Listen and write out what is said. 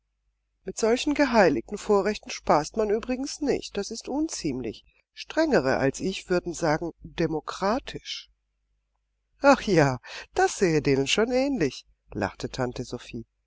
mit solchen geheiligten vorrechten spaßt man übrigens nicht das ist unziemlich strengere als ich würden sagen demokratisch ach ja das sähe denen schon ähnlich lachte tante sophie